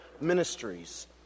ministries